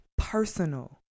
Personal